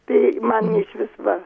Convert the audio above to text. tai man išvis va